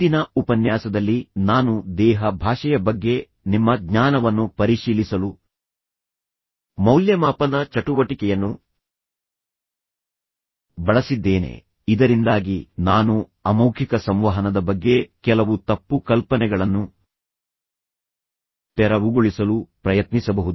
ಹಿಂದಿನ ಉಪನ್ಯಾಸದಲ್ಲಿ ನಾನು ದೇಹ ಭಾಷೆಯ ಬಗ್ಗೆ ನಿಮ್ಮ ಜ್ಞಾನವನ್ನು ಪರಿಶೀಲಿಸಲು ಮೌಲ್ಯಮಾಪನ ಚಟುವಟಿಕೆಯನ್ನು ಬಳಸಿದ್ದೇನೆ ಇದರಿಂದಾಗಿ ನಾನು ಅಮೌಖಿಕ ಸಂವಹನದ ಬಗ್ಗೆ ಕೆಲವು ತಪ್ಪು ಕಲ್ಪನೆಗಳನ್ನು ತೆರವುಗೊಳಿಸಲು ಪ್ರಯತ್ನಿಸಬಹುದು